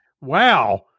Wow